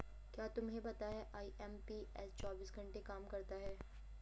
क्या तुम्हें पता है आई.एम.पी.एस चौबीस घंटे काम करता है